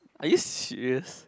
are you serious